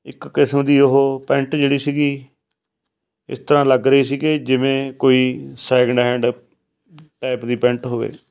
ਇੱਕ ਕਿਸਮ ਦੀ ਉਹ ਪੈਂਟ ਜਿਹੜੀ ਸੀਗੀ ਇਸ ਤਰ੍ਹਾਂ ਲੱਗ ਰਹੀ ਸੀ ਕਿ ਜਿਵੇਂ ਕੋਈ ਸੈਕਿੰਡ ਹੈਂਡ ਟੈਪ ਦੀ ਪੈਂਟ ਹੋਵੇ